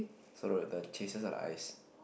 so the the chasers are the ice